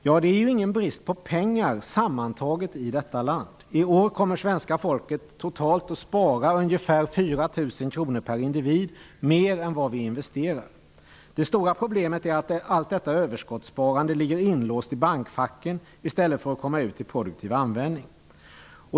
Ja, det råder ingen brist på pengar sammantaget i detta land. I år kommer svenska folket totalt att spara ungefär 4 000 kr. per individ mer än vad vi investerar. Det stora problemet är att allt detta överskottssparande ligger inlåst i bankfack i stället för att komma ut i produktiv användning.